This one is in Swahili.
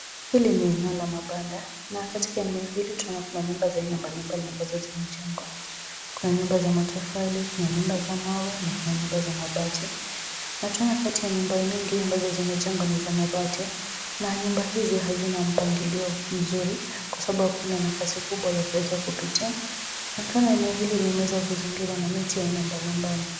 Hili ni eneo la mabanda, na katika eneo hili tunaona nyumba za aina mbalimbali, ambazo zimejengwa. Kuna nyumba za matofali, kuna nyumba za mawe, kuna nyumba za mabati, na tunaona kati ya nyumba mingi ambazo zimejengwa ni za mabati, na nyumba hizi hazina mpangilio mzuri, kwa sababu ina nafasi kubwa ya kuweza kupitia, na tunaona eneo hili limeweza kuzingirwa na miti ya aina mbalimbali.